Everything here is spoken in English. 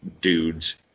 dudes